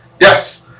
Yes